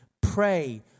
pray